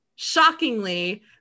shockingly